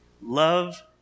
Love